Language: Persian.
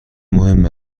مهم